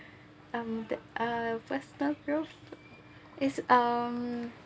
um the uh faster growth is um